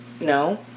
No